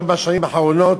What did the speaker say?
ארבע השנים האחרונות